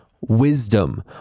Wisdom